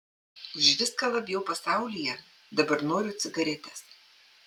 už viską labiau pasaulyje dabar noriu cigaretės